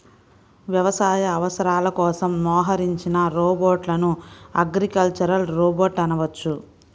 వ్యవసాయ అవసరాల కోసం మోహరించిన రోబోట్లను అగ్రికల్చరల్ రోబోట్ అనవచ్చు